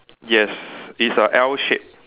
yes it's a L shape